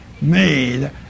made